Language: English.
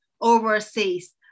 overseas